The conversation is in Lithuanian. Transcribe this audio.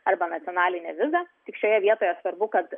arba nacionalinę vizą tik šioje vietoje svarbu kad